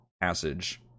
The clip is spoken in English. passage